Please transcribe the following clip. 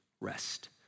rest